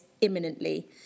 imminently